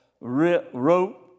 wrote